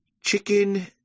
chicken